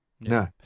No